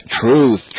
TRUTH